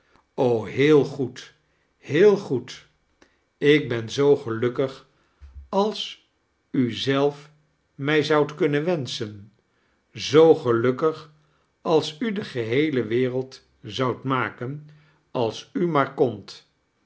heel goed heel goed ik bem zoo gelukkig als u zelf mij zoudt kunnen wenschen zoo gelukkig als u de geheele wereld zoudt maken als u maar kondt